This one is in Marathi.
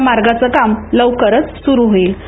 या मार्गाचं काम लवकरच सुरू होईल